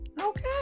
Okay